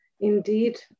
indeed